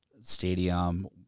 stadium